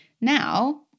Now